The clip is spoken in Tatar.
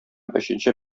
өченче